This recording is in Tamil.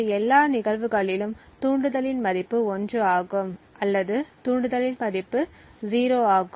மற்ற எல்லா நிகழ்வுகளிலும் தூண்டுதலின் மதிப்பு 1 ஆகும் அல்லது தூண்டுதலின் மதிப்பு 0 ஆகும்